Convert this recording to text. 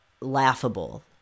laughable